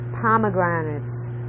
pomegranates